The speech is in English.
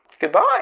Goodbye